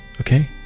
okay